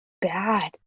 bad